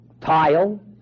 tile